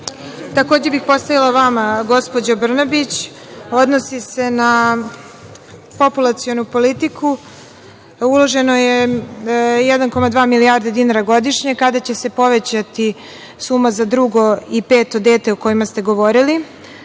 takođe postavila vama, gospođo Brnabić, odnosi se na populacionu politiku. Uloženo je 1,2 milijardi dinara godišnje. Kada će se povećati suma za drugo i peto dete, o kojima ste govorili? Treće